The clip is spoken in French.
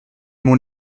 m’ont